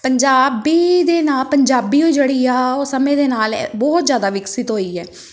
ਪੰਜਾਬੀ ਦੇ ਨਾਂ ਪੰਜਾਬੀ ਓ ਜਿਹੜੀ ਆ ਉਹ ਸਮੇਂ ਦੇ ਨਾਲ ਬਹੁਤ ਜ਼ਿਆਦਾ ਵਿਕਸਿਤ ਹੋਈ ਹੈ